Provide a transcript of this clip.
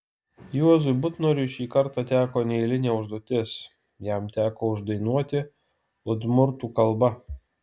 juozui butnoriui šį kartą teko neeilinė užduotis jam teko uždainuoti udmurtų kalba